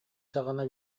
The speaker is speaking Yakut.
саҕана